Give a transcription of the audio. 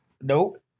Nope